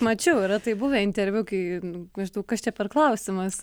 mačiau yra taip buvę interviu kai maždaug kas čia per klausimas